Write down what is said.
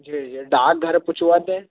जी जी डाक घर पहुँचवा दें